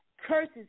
curses